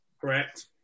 Correct